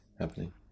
happening